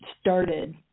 started